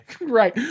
Right